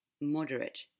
moderate